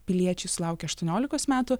piliečiai sulaukę aštuoniolikos metų